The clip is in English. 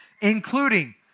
including